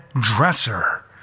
dresser